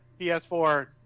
PS4